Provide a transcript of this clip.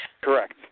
Correct